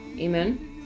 amen